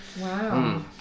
Wow